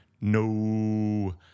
no